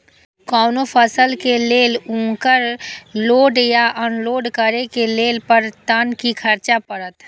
कोनो फसल के लेल उनकर लोड या अनलोड करे के लेल पर टन कि खर्च परत?